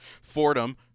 Fordham